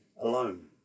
alone